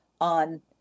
on